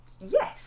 Yes